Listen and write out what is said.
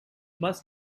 must